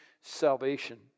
salvation